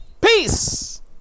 peace